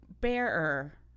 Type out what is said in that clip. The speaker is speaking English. bearer